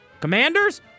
Commanders